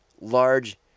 large